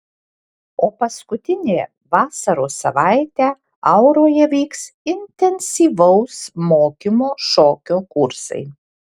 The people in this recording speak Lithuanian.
o paskutiniąją vasaros savaitę auroje vyks intensyvaus mokymo šokio kursai